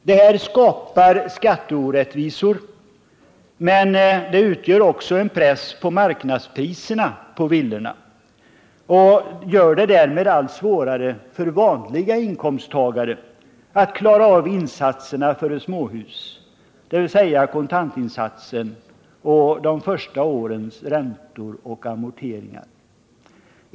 Det här skapar skatteorättvisor, men det utgör också en press på marknadspriserna på villorna och gör det därmed allt svårare för vanliga inkomsttagare att klara av insatserna för ett småhus, dvs. kontantinsatsen och de första årens räntor och amorteringar.